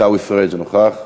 עיסאווי פריג' נוכח?